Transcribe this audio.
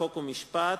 חוק ומשפט,